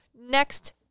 next